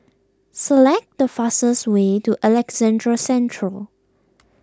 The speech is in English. select the fastest way to Alexandra Central